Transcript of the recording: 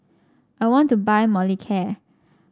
I want to buy Molicare